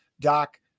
Doc